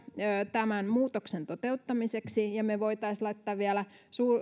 tämän muutoksen toteuttamiseksi ja me voisimme laittaa vielä